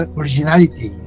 originality